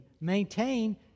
maintain